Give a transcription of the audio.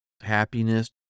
happiness